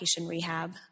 rehab